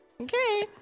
Okay